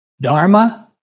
dharma